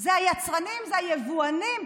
זה היצרנים, זה היבואנים.